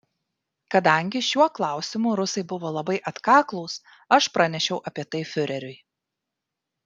kadangi šiuo klausimu rusai buvo labai atkaklūs aš pranešiau apie tai fiureriui